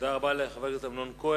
תודה רבה לחבר הכנסת אמנון כהן.